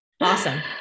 Awesome